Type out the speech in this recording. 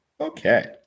Okay